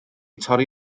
torri